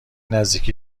نزدیکی